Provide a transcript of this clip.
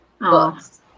books